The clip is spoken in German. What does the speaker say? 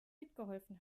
mitgeholfen